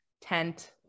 tent